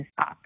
up